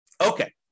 Okay